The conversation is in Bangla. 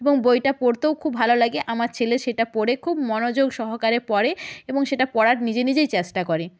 এবং বইটা পড়তেও খুব ভালো লাগে আমার ছেলে সেটা পড়ে খুব মনোযোগ সহকারে পড়ে এবং সেটা পড়ার নিজে নিজেই চেষ্টা করে